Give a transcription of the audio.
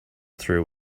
through